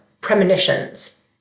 premonitions